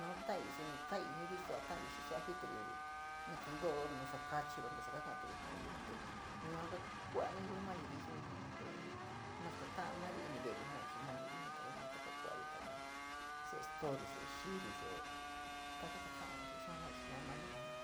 nau taii suni kaii jii sua ta’ori xii suaa jitori in tíntoro, nasa kachiro, nasa ka kakaturi jii nayiun te yua ka kuu kua’a nayiun maniri suni jii te, masga ta’a mari ini veri jenari chii maniri jii taka ku’ari, taka se’e stori, se’e xiiri, se’e takaga nta’ari yua jenari maniri jii.